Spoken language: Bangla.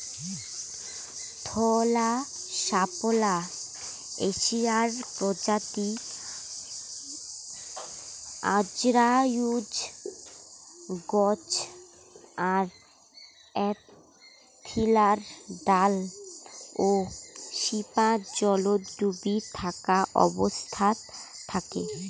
ধওলা শাপলা এশিয়ার প্রজাতি অজরায়ুজ গছ আর এ্যাইলার ডাল ও শিপা জলত ডুবি থাকা অবস্থাত থাকে